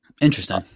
Interesting